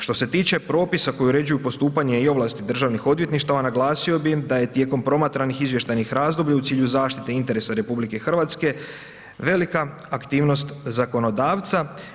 Što se tiče propisa koji uređuju postupanje i ovlasti državnih odvjetništva naglasio bi im da je tijekom promatranih izvještajnih razdoblja u cilju zaštite interesa RH velika aktivnost zakonodavca.